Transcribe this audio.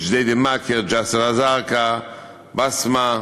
בג'דיידה-מכר, ג'סר-א-זרקא, בסמה,